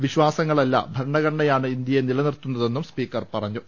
വിശ്വാസങ്ങളല്ല ഭരണഘടന യാണ് ഇന്ത്യയെ നിലനിർത്തുന്നതെന്നും സ്പീക്കർ പറഞ്ഞു